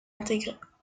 intègre